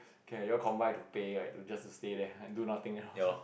K you all combine to pay like just to stay there do nothing else